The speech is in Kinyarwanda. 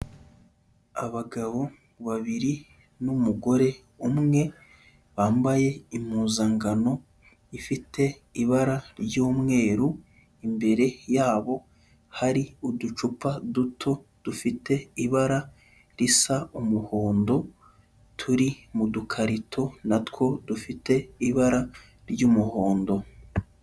Abagabo babiri n'umugore umwe, bambaye impuzangano ifite ibara ry'umweru, imbere yabo hari uducupa duto dufite ibara risa umuhondo, turi mu dukarito na two dufite ibara ry'umuhondo.